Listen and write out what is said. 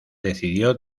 decidió